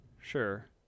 Sure